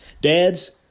Dads